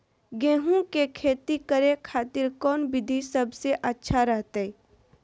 गेहूं के खेती करे खातिर कौन विधि सबसे अच्छा रहतय?